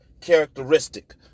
characteristic